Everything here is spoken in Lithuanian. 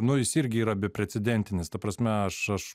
nu jis irgi yra beprecedentinis ta prasme aš aš